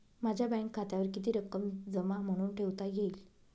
माझ्या बँक खात्यावर किती रक्कम जमा म्हणून ठेवता येईल?